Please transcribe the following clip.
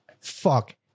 fuck